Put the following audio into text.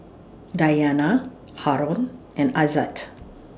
Dayana Haron and Aizat